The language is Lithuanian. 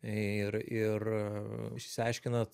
ir ir išsiaiškinat